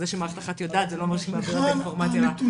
זה שמערכת אחת יודעת זה לא אומר שהיא מעבירה את האינפורמציה לשניה.